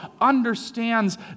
understands